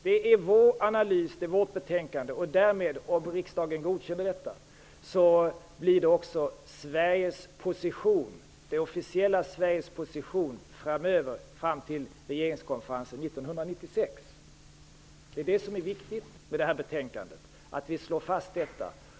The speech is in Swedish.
Det är vår analys och vårt betänkande, och om riksdagen godkänner detta, blir det också det officiella 1996. Det som är viktigt med detta betänkande är att vi där slår fast detta.